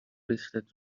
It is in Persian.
ریختت